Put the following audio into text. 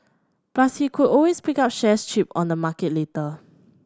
plus he could always pick up shares cheap on the market later